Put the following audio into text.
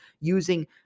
using